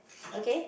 okay